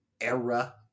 era